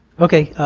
okay,